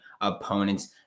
opponents